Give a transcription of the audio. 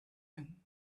him